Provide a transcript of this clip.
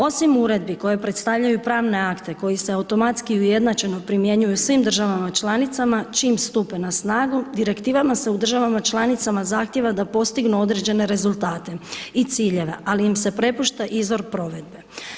Osim uredbi koje predstavljaju pravne akte koji se automatski i ujednačeno primjenjuju u svim državama članicama čim stupe na snagu Direktivama se u državama članica zahtjeva da postignu određene rezultate i ciljeve, ali im se prepušta izvor provedbe.